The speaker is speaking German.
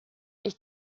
ich